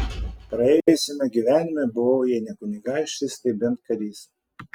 praėjusiame gyvenime buvau jei ne kunigaikštis tai bent karys